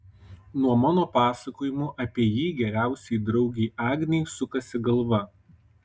nuo mano pasakojimų apie jį geriausiai draugei agnei sukasi galva